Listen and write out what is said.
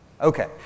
Okay